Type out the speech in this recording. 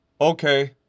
okay